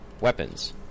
Weapons